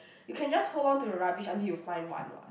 you can just hold onto the rubbish until you find one [what]